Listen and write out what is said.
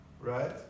right